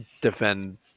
defend